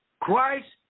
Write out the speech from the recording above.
Christ